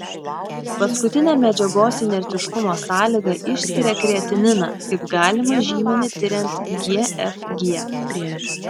paskutinė medžiagos inertiškumo sąlyga išskiria kreatininą kaip galimą žymenį tiriant gfg